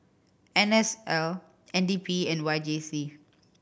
N S L N D P and Y J C